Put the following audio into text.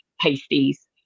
pasties